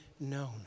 Known